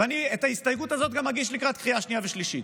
ואני את ההסתייגות הזאת גם אגיש לקראת קריאה שנייה ושלישית.